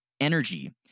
energy